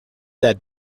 that